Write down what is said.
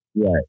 Right